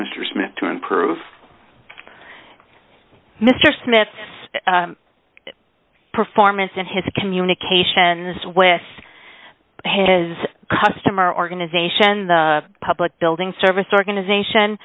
mr smith to improve mr smith's performance in his communications with his customer organization the public building service organization